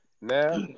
now